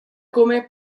come